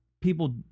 people